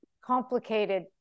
complicated